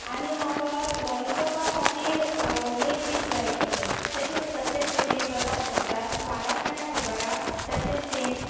आनी म्हाका लॉलिपॉपा खातीर लेग पीस जाय आशिल्ले ते तुमी तसले शेपींन करपाक शकता स्वादान मेळटा खबर आहा तशें सेम